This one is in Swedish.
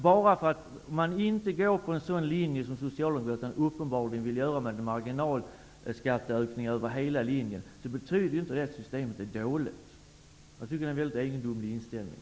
Bara för att man inte vill följa den linje som Socialdemokraterna uppenbarligen vill följa, med marginalskatteökningar över hela linjen, betyder inte detta att systemet är dåligt. Det är en mycket egendomlig inställning.